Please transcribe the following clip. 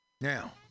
Now